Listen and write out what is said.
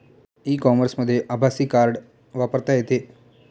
E कॉमर्समध्ये आभासी card वापरता येते